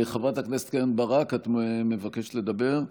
חברת הכנסת קרן ברק, את מבקשת לדבר?